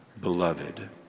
beloved